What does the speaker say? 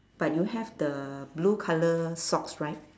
but you have the blue colour socks right